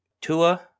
Tua